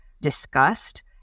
discussed